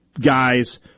guys